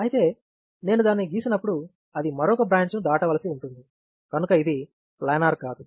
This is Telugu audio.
అయితే నేను దానిని గీసినప్పుడు అది మరొక బ్రాంచ్ను దాటవలసి ఉంటుంది కనుక ఇది ప్లానర్ కాదు